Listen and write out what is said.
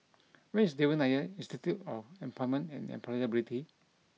where is Devan Nair Institute of Employment and Employability